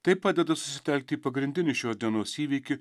tai padeda susitelkti į pagrindinį šios dienos įvykį